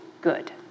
good